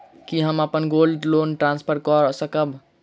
की हम अप्पन gold loan transfer करऽ सकबै?